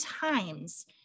times